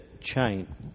chain